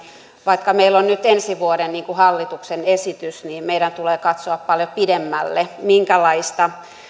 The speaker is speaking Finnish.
vaikka meillä on nyt ensi vuoden hallituksen esitys meidän tulee katsoa paljon pidemmälle minkälaista